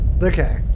Okay